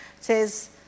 says